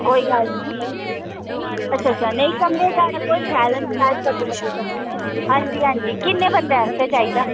कोई गल्ल नी अच्छा अच्छा नेईं कमरे साढ़े कोल शैल न शैल बड्डे बड्डे कमरे न हां जी हां जी कि'न्ने बंदे आस्तै चाहिदा